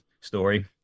story